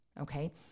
okay